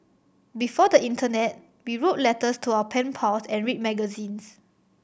before the internet we wrote letters to our pen pals and read magazines